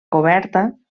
cobert